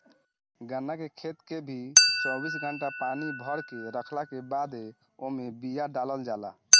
गन्ना के खेत के भी चौबीस घंटा पानी भरके रखला के बादे ओमे बिया डालल जाला